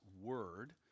word